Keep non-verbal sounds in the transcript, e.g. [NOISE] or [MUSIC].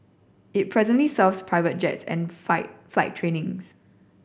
it presently serves private jets and [UNINTELLIGIBLE] flight trainings